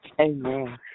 Amen